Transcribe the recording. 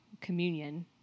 communion